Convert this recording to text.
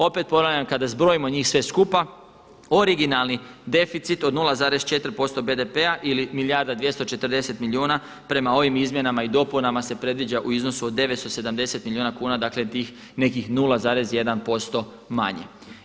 Opet ponavljam kada zbrojimo njih sve skupa originalni deficit od 0,4% BDP-a ili milijarda i 240 milijuna prema ovim izmjenama i dopunama se predviđa u iznosu od 970 milijuna kuna, dakle tih nekih 0,1% manje.